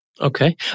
Okay